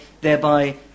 thereby